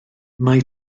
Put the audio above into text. mae